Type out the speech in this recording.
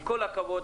עם כל הכבוד,